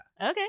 Okay